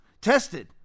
tested